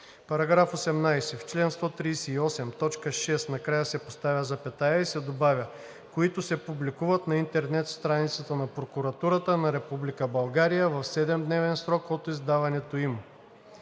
§ 18: „§ 18. В чл. 138, т. 6 накрая се поставя запетая и се добавя „които се публикуват на интернет страницата на Прокуратурата на Република България в 7-дневен срок от издаването им“.“